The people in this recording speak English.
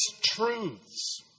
truths